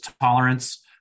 tolerance